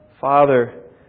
Father